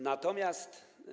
Natomiast.